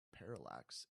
parallax